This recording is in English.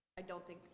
i don't think